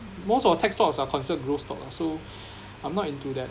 most of the tech stocks are considered growth stock lah so I'm not into that